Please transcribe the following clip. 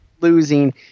Losing